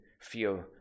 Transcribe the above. feel